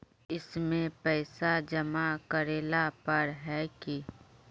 इसमें पैसा जमा करेला पर है की?